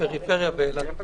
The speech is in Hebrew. הפריפריה ואילת.